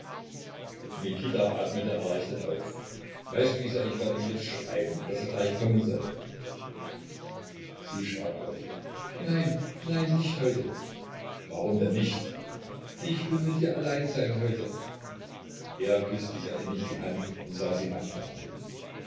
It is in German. mikita atmete erleichtert auf weißt du isa ich werde ihm jetzt schreiben daß er gleich kommen soll sie schrak auf nein nein nicht heute warum denn nicht ich will mit dir allein sein heute er küßte ihr innig die hand und sah sie dankbar an